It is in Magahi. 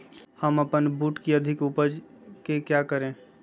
हम अपन बूट की अधिक उपज के क्या करे?